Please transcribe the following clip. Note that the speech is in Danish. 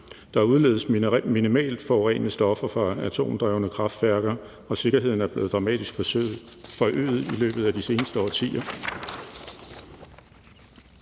Der udledes minimalt forurenende stoffer fra atomdrevne kraftværker, og sikkerheden er blevet dramatisk forøget i løbet af de seneste årtier.